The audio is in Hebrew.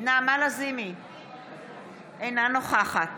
אינה נוכחת